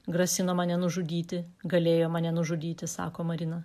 grasino mane nužudyti galėjo mane nužudyti sako marina